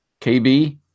KB